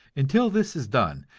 until this is done,